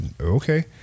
okay